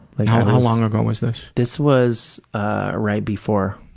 like how long ago was this? this was ah right before,